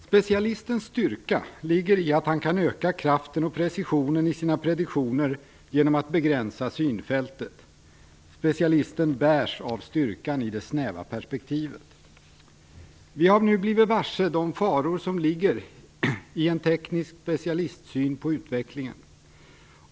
Specialistens styrka ligger i att han kan öka kraften och precisionen i sina prediktioner genom att begränsa synfältet. Specialisten bärs av styrkan i det snäva perspektivet. Vi har blivit varse de faror som ligger i en teknisk specialistsyn på utvecklingen.